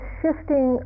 shifting